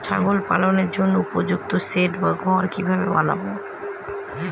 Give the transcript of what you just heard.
ছাগল পালনের জন্য উপযুক্ত সেড বা ঘর কিভাবে বানাবো?